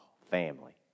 family